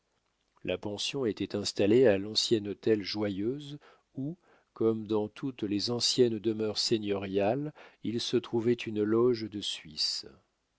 la pension était installée à l'ancien hôtel joyeuse où comme dans toutes les anciennes demeures seigneuriales il se trouvait une loge de suisse